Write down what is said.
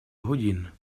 hodin